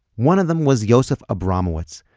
one of them was yosef abramowitz,